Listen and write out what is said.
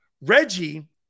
Reggie